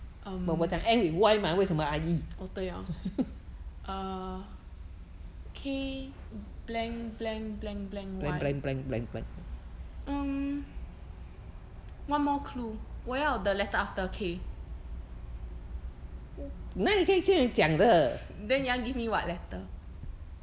um oh 对哦 err k blank blank blank blank y um one more clue 我要 the letter after k then you want give me what letter